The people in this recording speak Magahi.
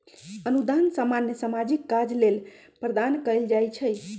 अनुदान सामान्य सामाजिक काज लेल प्रदान कएल जाइ छइ